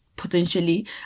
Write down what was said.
Potentially